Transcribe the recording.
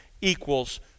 equals